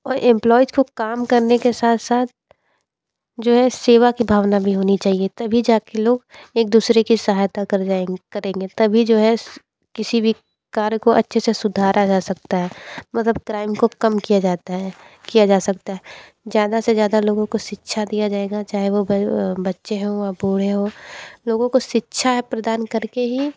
और एम्पलॉइज को काम करने के साथ साथ जो है सेवा की भावना भी होनी चाहिए तभी जा के लोग एक दूसरे की सहायता कर जाएंगे करेंगे तभी जो है किसी भी कार्य को अच्छे से सुधारा जा सकता है मतलब क्राइम को कम किया जाता है किया जा सकता है ज़्यादा से ज़्यादा लोगों को शिक्षा दिया जाएगा चाहे वो बच्चे हो व बूढ़े हो लोगों को शिक्षाएं प्रदान करके ही